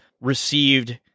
received